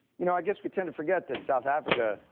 you know, i guess we tend to forget that south africa,